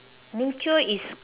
nature is